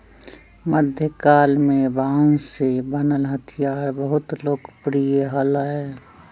मध्यकाल में बांस से बनल हथियार बहुत लोकप्रिय हलय